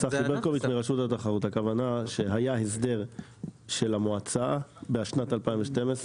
הכוונה שהיה הסדר של המועצה בשנת 2012,